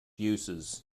uses